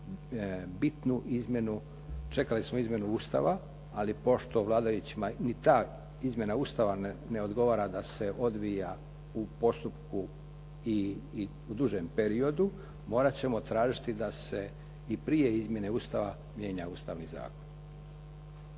bitnu izmjenu, čekali smo izmjenu Ustava, ali pošto vladajućima ni ta izmjena Ustava ne odgovara da se odvija u postupku i dužem periodu, morat ćemo tražiti da se i prije izmjene Ustava mijenja Ustavni zakon.